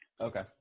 Okay